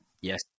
Yes